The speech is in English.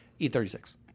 E36